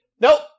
Nope